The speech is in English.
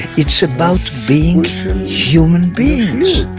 it's about being human beings.